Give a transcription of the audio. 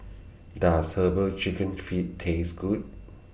Does Herbal Chicken Feet Taste Good